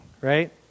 right